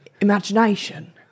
imagination